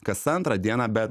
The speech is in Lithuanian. kas antrą dieną be